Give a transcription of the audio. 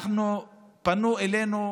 פנו אלינו אולמות,